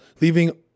leaving